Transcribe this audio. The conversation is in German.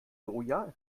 soja